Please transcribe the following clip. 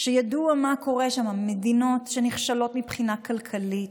שידוע מה קורה שם, מדינות נחשלות מבחינה כלכלית,